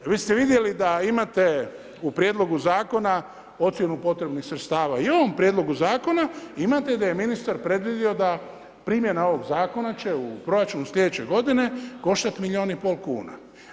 Vi ste vidjeli da imate u Prijedlogu Zakonu ocjenu potrebnih sredstva i u ovom Prijedlogu Zakona imate da je ministar predvidio da primjena ovog Zakona će u proračun slijedeće godine koštati milion i pol kuna.